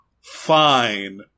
fine